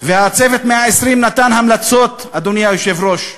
"צוות 120 הימים" נתן המלצות, אדוני היושב-ראש,